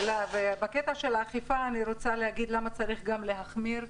בנושא האכיפה, אני רוצה להגיד למה צריך להחמיר.